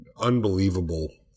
unbelievable